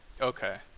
Okay